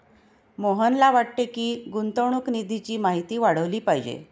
मोहनला वाटते की, गुंतवणूक निधीची माहिती वाढवली पाहिजे